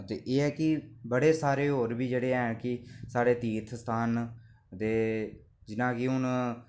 ते एह् ऐ कि बड़े सारे होर होर बी हैन जि'यां कि साढ़े तीर्थ स्थान न ते जि'यां कि हून